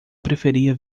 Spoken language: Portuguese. preferia